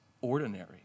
ordinary